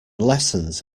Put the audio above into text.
lessons